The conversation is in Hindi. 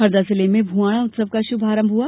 हरदा जिले में भुआणा उत्सव का शुभारंभ हुआ